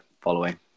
following